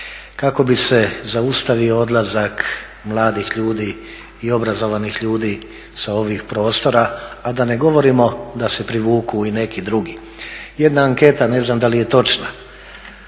kako bi se zaustavio odlazak mladih ljudi i obrazovanih ljudi sa ovih prostora, a da ne govorimo da se privuku i neki drugi. Jedna anketa, ne znam da li je točna,